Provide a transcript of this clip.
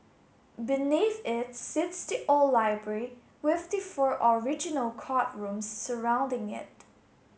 beneath its sits the old library with the four original courtrooms surrounding it